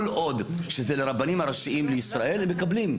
כל עוד שזה לרבנים הראשיים לישראל הם מקבלים.